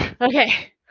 Okay